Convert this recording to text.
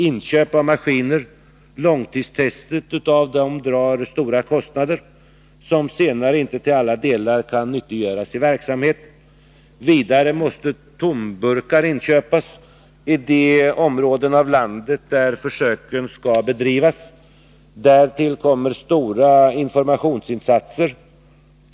Inköp av maskiner och långtidstestet av dem drar stora kostnader, som senare inte till alla delar kan nyttiggöras i verksamheten. Vidare måste tomburkar inköpas i de områden av landet där försöken skall bedrivas. Därtill kommer att stora informationsinsatser måste genomföras.